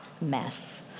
mess